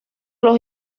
los